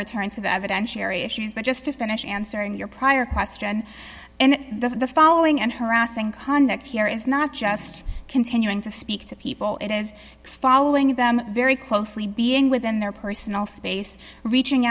return to the evidence sherry issues but just to finish answering your prior question and the following and harassing conduct here is not just continuing to speak to people it is following them very closely being within their personal space reaching